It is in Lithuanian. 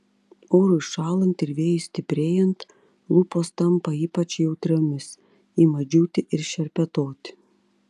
orui šąlant ir vėjui stiprėjant lūpos tampa ypač jautriomis ima džiūti ir šerpetoti